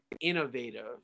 innovative